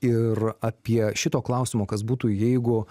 ir apie šito klausimo kas būtų jeigu